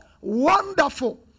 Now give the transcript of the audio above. wonderful